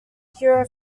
hero